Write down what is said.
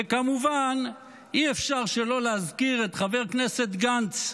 וכמובן אי-אפשר שלא להזכיר את חבר הכנסת גנץ,